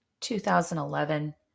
2011